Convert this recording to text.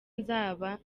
nzaba